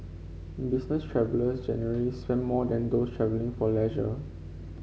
business travellers generally spend more than those travelling for leisure